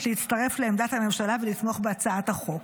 להצטרף לעמדת הממשלה ולתמוך בהצעת החוק.